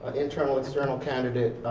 internal external candidate,